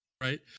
Right